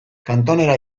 kantonera